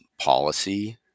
policy